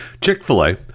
Chick-fil-A